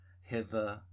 Hither